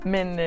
Men